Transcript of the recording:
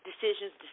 decisions